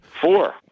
Four